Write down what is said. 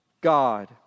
God